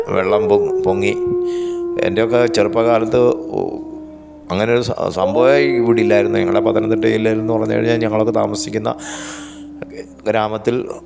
വെള്ളം പൊങ്ങി എന്റെയൊക്കെ ചെറുപ്പകാലത്ത് അങ്ങനൊരു സംഭവമേ ഇവിടെ ഇല്ലായിരുന്നു ഞങ്ങളുടെ പത്തനന്തിട്ട ജില്ലയിൽ നിന്ന് പറഞ്ഞുകഴിഞ്ഞ ഞങ്ങളൊക്കെ താമസിക്കുന്ന ഗ്രാമത്തില്